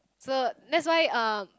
so that's why um